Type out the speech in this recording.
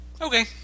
Okay